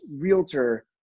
realtor